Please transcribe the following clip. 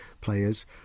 players